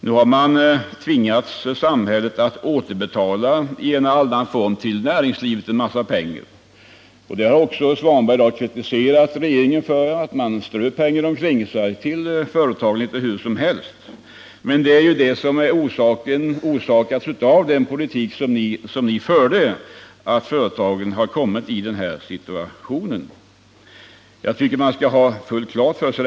Nu tvingas samhället i en eller annan form att återbetala en massa pengar till näringslivet. Ingvar Svanberg har i dag kritiserat regeringen för att den litet hur som helst strör pengar omkring sig till företagen. Men att företagen har kommit i den här situationen är ju följden av den politik som ni socialdemokrater förde. Jag tycker att man skall ha detta fullt klart för sig.